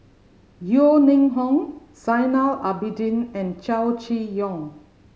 Yeo Ning Hong Zainal Abidin and Chow Chee Yong